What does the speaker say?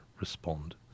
respond